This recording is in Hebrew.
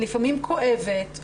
לפעמים כואבת,